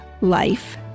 life